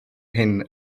hyn